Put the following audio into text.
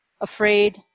afraid